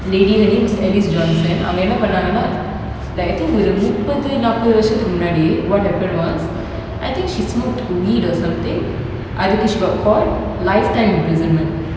lady her name was alice johnson அவங்க என்ன பண்ணாங்கண்ணா:avanga enna pannanganna like I think ஒரு முப்பது நாப்பது வருஷத்துக்கு முன்னாடி:oru muppathu nappathu varushathuku munnadi what happened was I think she smoked weed or something அதுக்கு:adhuku she got caught lifetime imprisonment